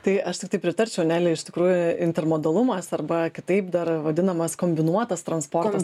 tai aš tiktai pritarčiau neli iš tikrųjų intermodalumas arba kitaip dar vadinamas kombinuotas transportas